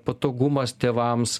patogumas tėvams